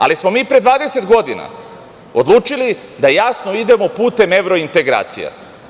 Ali, smo mi pre 20 godina odlučili da jasno idemo putem evrointegracija.